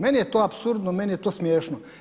Meni je to apsurdno, meni je to smješno.